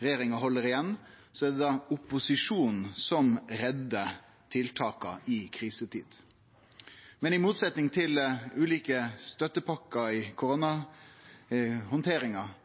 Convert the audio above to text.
regjeringa held igjen – er det opposisjonen som reddar tiltaka i krisetid. Men i motsetnad til kva dei gjorde i samband med ulike støttepakkar i